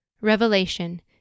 Revelation